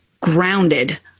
grounded